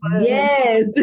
yes